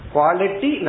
Quality